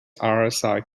rsi